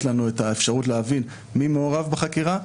לנו את האפשרות להבין מי מעורב בחקירה,